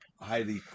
highly